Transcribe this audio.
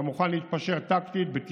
אתה מוכן להתפשר טקטית, בתחכום,